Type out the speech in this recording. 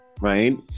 right